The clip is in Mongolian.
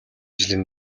жилийн